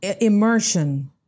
Immersion